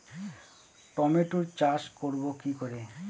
টমেটোর চাষ করব কি করে?